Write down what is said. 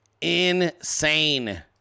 Insane